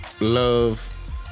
love